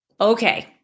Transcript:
Okay